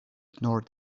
ignore